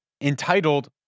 entitled